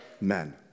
men